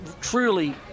truly